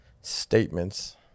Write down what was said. statements